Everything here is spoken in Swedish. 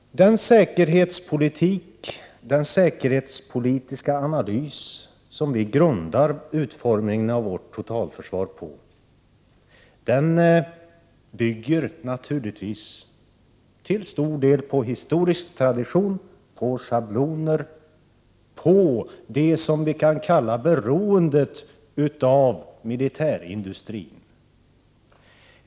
Den säkerhetspolitik och den säkerhetspolitiska analys som vi grundar utformningen av vårt totalförsvar på bygger naturligtvis till stor del på historisk tradition, på schabloner och på det som vi kan kalla beroendet av militärindustrin.